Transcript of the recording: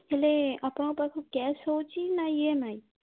ହେଲେ ଆପଣଙ୍କ ପାଖକୁ କ୍ୟାସ୍ ହେଉଛି ନା ଇ ଏମ୍ ଆଇ